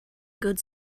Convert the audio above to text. good